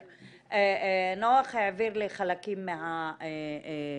--- נח העביר לי חלקים מהמכרז,